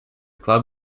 club